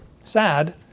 Sad